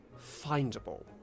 findable